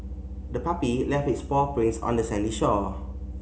the puppy left its paw prints on the sandy shore